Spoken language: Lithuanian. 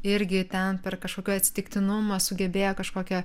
irgi ten per kažkokį atsitiktinumą sugebėjo kažkokią